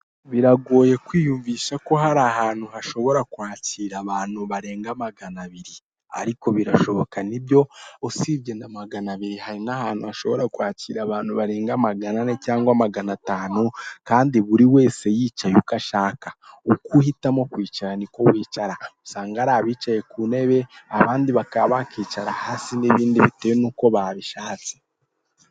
Biragoye kwiyumbisha ko hari hantu hashobora kwakira abantu barenga magana abiri, ariko birashoboka nibyo, usibye na magana abiri hari n'ahantu hashobora kwakira abantu barenga magana ane cyangwa magana atanu, kandi buri wese yicaye uko ashaka, uko uhitamo kwicara niko wicara, usanga hari abicaye ku ntebe, abandi bakaba bakwicara hasi n'ibindi, bitewe n'uko babishatse.